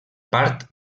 part